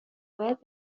باید